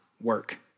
work